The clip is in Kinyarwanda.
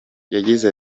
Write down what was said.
yagize